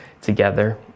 together